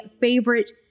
favorite